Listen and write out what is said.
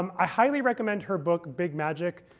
um i highly recommend her book big magic.